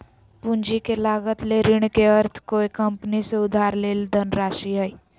पूंजी के लागत ले ऋण के अर्थ कोय कंपनी से उधार लेल धनराशि हइ